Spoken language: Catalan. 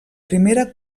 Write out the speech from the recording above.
primera